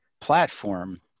platform